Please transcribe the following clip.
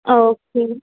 okay